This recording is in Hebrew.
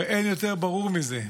הרי אין יותר ברור מזה.